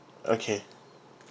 okay